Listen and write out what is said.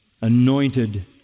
anointed